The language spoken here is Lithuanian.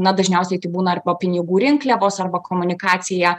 na dažniausiai tai būna arba pinigų rinkliavos arba komunikacija